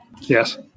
Yes